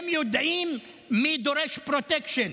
הם יודעים מי דורש פרוטקשן,